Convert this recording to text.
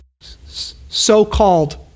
so-called